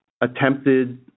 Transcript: attempted